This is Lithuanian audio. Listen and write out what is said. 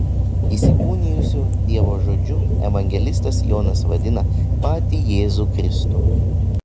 įsikūnijusiu dievo žodžiu evangelistas jonas vadina patį jėzų kristų